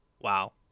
Wow